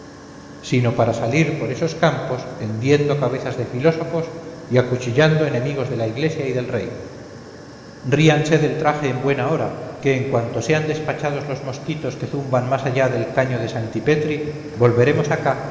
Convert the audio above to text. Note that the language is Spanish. sino para salir por esos campos hendiendo cabezas de filósofos y acuchillando enemigos de la iglesia y del rey ríanse del traje en buena hora que en cuanto sean despachados los mosquitos que zumban más allá del caño de sancti petri volveremos acá